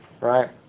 Right